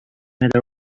matter